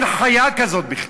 אין חיה כזאת בכלל.